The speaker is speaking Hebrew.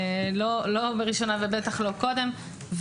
לא בראשונה ובטח לא קודם.